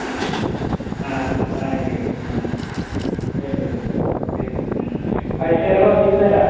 ആ ആ ആയി ആയി ആ ശരി ശരി ശരി ആ പൈസയെല്ലാം കുറച്ചിട്ട് തരാം